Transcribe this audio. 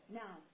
now